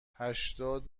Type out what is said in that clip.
هشتاد